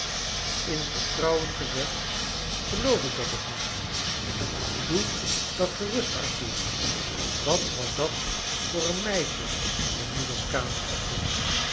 in vertrouwen gezegd geloof ik dat ook niet doe dat gerust arthur wat was dat voor een meisje in moeders kamer